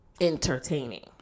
entertaining